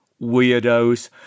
weirdos